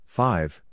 five